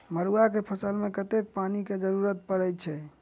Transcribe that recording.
मड़ुआ केँ फसल मे कतेक पानि केँ जरूरत परै छैय?